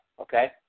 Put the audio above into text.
okay